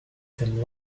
them